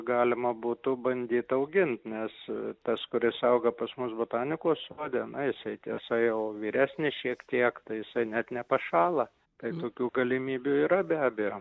galima būtų bandyt augint nes tas kuris auga pas mus botanikos sode na jisai tiesa jau vyresnis šiek tiek tai jisai net nepašąla tai tokių galimybių yra be abejo